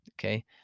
okay